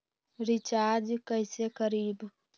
Recharge कैसे करीब?